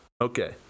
Okay